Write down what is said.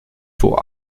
vor